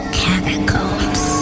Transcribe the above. catacombs